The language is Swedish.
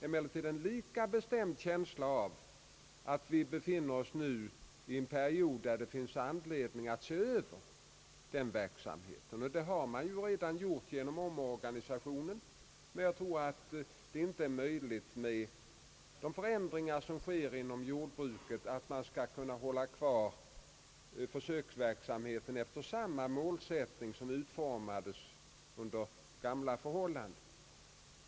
Emellertid har jag en lika bestämd känsla av att vi nu befinner oss i en period där det är anledning att se över denna verksamhet. Det har man redan delvis gjort vid omorganisationen, men jag tror inte att man med de ändringar som sker i jordbruket kan hålla kvar försöksverksamheten med samma målsättning som utformades under gamla förhållanden.